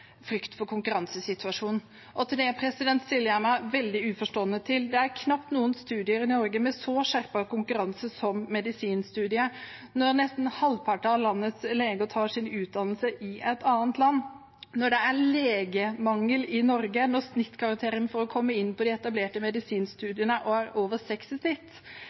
stiller jeg meg veldig uforstående til. Det er knapt noe studium i Norge med så skjerpet konkurranse som medisinstudiet. Når nesten halvparten av landets leger tar sin utdannelse i et annet land, når det er legemangel i Norge, og når snittkarakteren for å komme inn på de etablerte medisinstudiene er over 6, hvorfor er ikke Arbeiderpartiet og